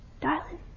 Darling